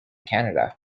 canada